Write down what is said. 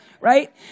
right